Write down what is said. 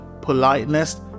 politeness